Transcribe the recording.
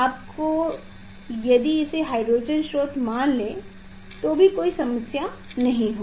आपको यदि इसे हाइड्रोजन स्रोत मान लें तो भी कोई समस्या नहीं है